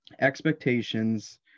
expectations